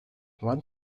what